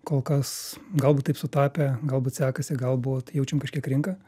kol kas galbūt taip sutapę galbūt sekasi galbūt jaučiam kažkiek rinką